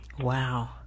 Wow